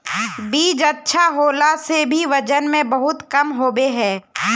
बीज अच्छा होला से भी वजन में बहुत कम होबे है?